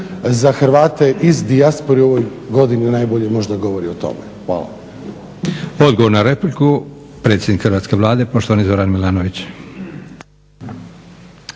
za Hrvate iz dijaspore u ovoj godini najbolje možda govori o tome. Hvala.